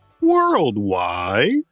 Worldwide